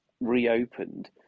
reopened